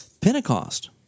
Pentecost